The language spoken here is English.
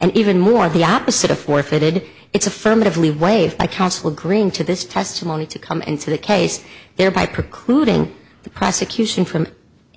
and even more the opposite of forfeited it's affirmatively waived by counsel agreeing to this testimony to come into the case thereby precluding the prosecution from